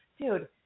dude